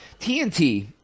TNT